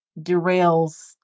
derails